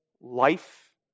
life